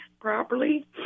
properly